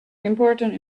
important